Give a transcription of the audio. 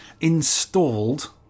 installed